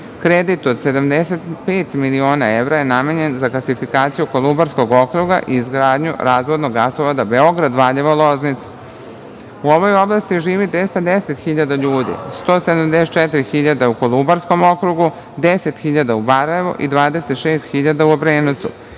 Kredit od 75 miliona evra je namenjen za gasifikaciju Kolubarskog okruga i izgradnju razvodnog gasovoda Beograd-Valjevo-Loznica. U ovoj oblasti živi 210 hiljada ljudi, 174 hiljade u Kolubarskom okrugu, 10 hiljada u Barajevu i 26 hiljada u Obrenovcu.